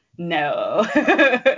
No